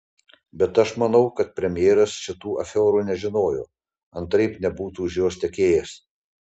bet aš manau kad premjeras šitų afiorų nežinojo antraip nebūtų už jos tekėjęs